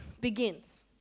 begins